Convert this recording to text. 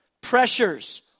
Pressures